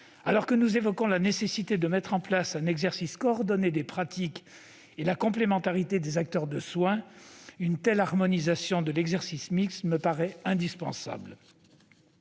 Alors que nous évoquons la nécessité de mettre en place un exercice coordonné des pratiques et la complémentarité des acteurs du soin, une telle harmonisation de l'exercice mixte me paraît indispensable.